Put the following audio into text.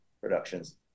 productions